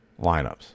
lineups